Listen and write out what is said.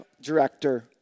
director